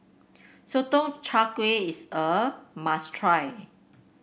Sotong Char Kway is a must try